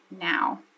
now